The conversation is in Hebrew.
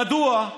מדוע,